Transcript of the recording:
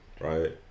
right